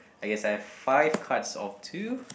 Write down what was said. I guess I have five cards of two